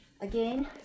Again